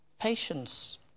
patience